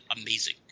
amazing